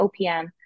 OPM